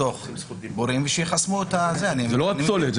לתוך בורות ולחסום --- אבל זה לא רק פסולת,